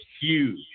huge